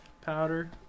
powder